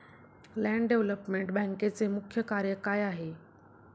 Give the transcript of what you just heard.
Land development बँकेचे मुख्य कार्य काय आहे?